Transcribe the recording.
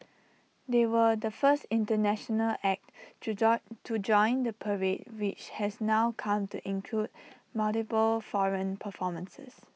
they were the first International act to joy to join the parade which has now come to include multiple foreign performances